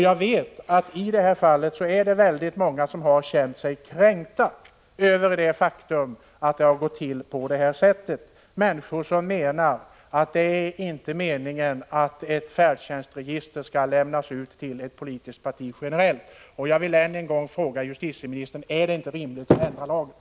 Jag vet att väldigt många har känt sig kränkta över att det har gått till på det här sättet, människor som anser att det inte är meningen att ett färdtjänstregister generellt skall lämnas ut till ett politiskt parti.